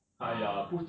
uh